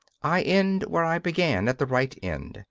i end where i began at the right end.